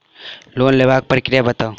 Loan लेबाक प्रक्रिया बताऊ?